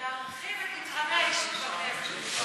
להרחיב את מתחמי העישון בכנסת.